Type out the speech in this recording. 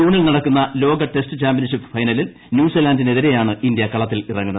ജൂണിൽ നടക്കുന്ന ലോക ടെസ്റ്റ് ചാമ്പ്യൻഷിപ്പ് ഫൈനലിൽ ന്യൂസിലന്റിനെതിരെയാണ് ഇന്ത്യ കളത്തിലിറങ്ങുന്നത്